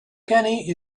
kenny